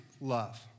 love